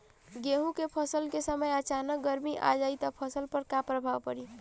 गेहुँ के फसल के समय अचानक गर्मी आ जाई त फसल पर का प्रभाव पड़ी?